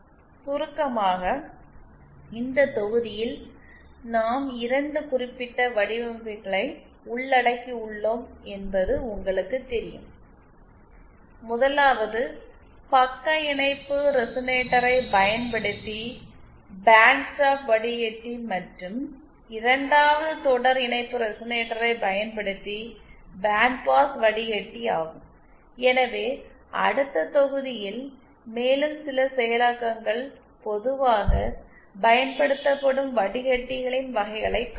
சுருக்கமாக இந்த தொகுதியில் நாம் 2 குறிப்பிட்ட வடிவமைப்புகளை உள்ளடக்கியுள்ளோம் என்பது உங்களுக்குத் தெரியும் முதலாவது பக்க இணைப்பு ரெசனேட்டரைப் பயன்படுத்தி பேண்ட் ஸ்டாப் வடிகட்டி மற்றும் இரண்டாவது தொடர் இணைப்பு ரெசனேட்டரை பயன்படுத்தி பேண்ட் பாஸ் வடிகட்டி ஆகும் எனவே அடுத்த தொகுதியில் மேலும் சில செயலாக்கங்கள் பொதுவாகப் பயன்படுத்தப்படும் வடிகட்டிகளின் வகைகளைக் காண்போம்